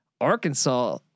Arkansas